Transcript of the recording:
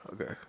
Okay